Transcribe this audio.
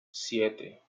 siete